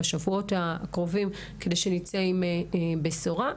כדי שנצא עם בשורה.